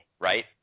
right